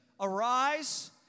arise